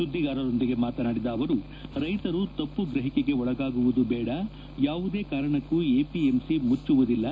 ಸುದ್ದಿಗಾರರೊಂದಿಗೆ ಮಾತನಾಡಿದ ಅವರು ರೈತರು ತಮ್ತು ಗ್ರಹಿಕೆಗೆ ಒಳಗಾಗುವುದು ಬೇಡ ಯಾವುದೇ ಕಾರಣಕ್ಕೂ ಎಪಿಎಂಸಿ ಮುಚ್ಚುವುದಿಲ್ಲ